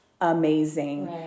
amazing